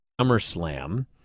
SummerSlam